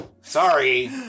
Sorry